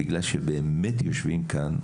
בגלל שבאמת יושבים כאן,